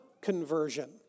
conversion